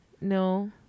No